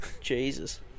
Jesus